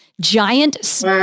giant